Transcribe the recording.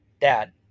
Dad